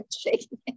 shaking